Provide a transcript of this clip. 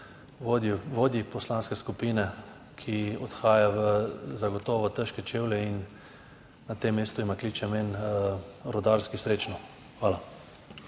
vodji poslanske skupine, ki odhaja v zagotovo težke čevlje in na tem mestu ima, kličem en rudarski srečno. Hvala.